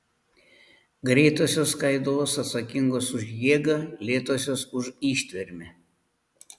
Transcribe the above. greitosios skaidulos atsakingos už jėgą lėtosios už ištvermę